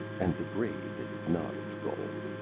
and the grave is not its goal.